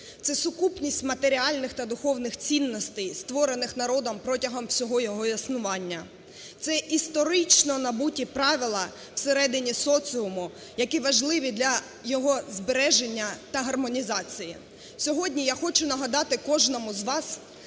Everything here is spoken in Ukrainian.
це сукупність матеріальних та духовних цінностей, створених народом протягом всього його існування, це історично набуті правила всередині соціуму, які важливі для його збереження та гармонізації. Сьогодні я хочу нагадати кожному з вас,